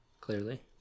clearly